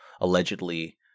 allegedly